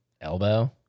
Elbow